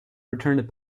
returned